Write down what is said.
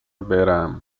برم